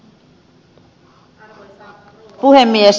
arvoisa puhemies